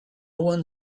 one